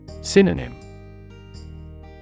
Synonym